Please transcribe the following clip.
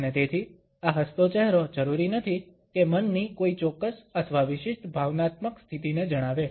અને તેથી આ હસતો ચહેરો જરૂરી નથી કે મનની કોઈ ચોક્કસ અથવા વિશિષ્ટ ભાવનાત્મક સ્થિતિને જણાવે